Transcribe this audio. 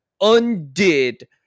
undid